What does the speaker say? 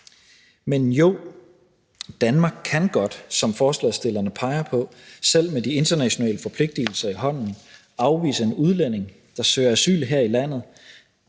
Men jo, Danmark kan godt, som forslagsstillerne peger på, selv med de internationale forpligtigelser i hånden, afvise en udlænding, der søger asyl her i landet,